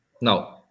No